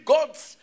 God's